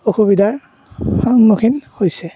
অসুবিধাৰ সন্মুখীন হৈছে